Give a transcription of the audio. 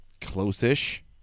close-ish